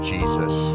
Jesus